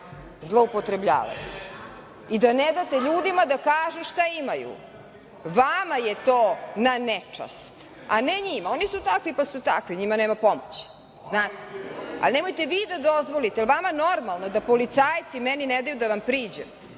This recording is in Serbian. i da ne date ljudima da kažu šta imaju. Vama je to na nečast, a ne njima. Oni su takvi, pa su takvi, njima nema pomoći, znate. Ali nemojte vi da dozvolite. Jel vama normalno da policajci meni ne daju da vam priđem?